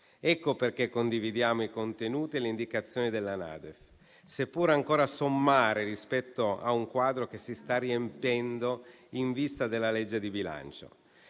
Ecco perché condividiamo i contenuti e le indicazioni della NADEF, seppur ancora sommari rispetto a un quadro che si sta riempiendo in vista della legge di bilancio.